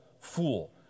fool